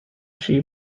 she